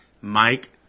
Mike